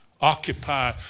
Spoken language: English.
occupy